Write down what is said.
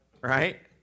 right